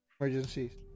emergencies